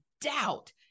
doubt